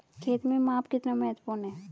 खेत में माप कितना महत्वपूर्ण है?